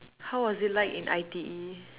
how was it like in I_T_E